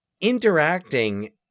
interacting